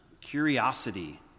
curiosity